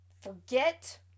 forget